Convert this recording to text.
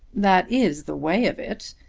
that is the way of it.